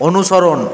অনুসরণ